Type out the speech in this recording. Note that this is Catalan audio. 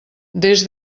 des